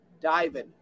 Diving